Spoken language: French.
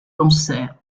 cancer